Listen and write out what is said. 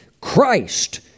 Christ